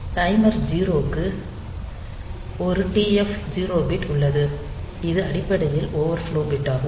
timer 0 க்கு ஒரு TF 0 bit உள்ளது இது அடிப்படையில் ஓவர்ஃப்லோ பிட் ஆகும்